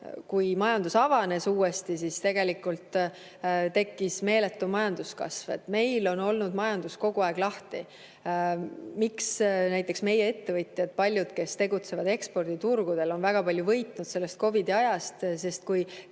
kui majandus uuesti avanes, siis tekkis meeletu majanduskasv. Meil on olnud majandus kogu aeg lahti. Miks näiteks meie ettevõtjad, paljud, kes tegutsevad eksporditurgudel, on väga palju võitnud sellest COVID‑i ajast? Sest kui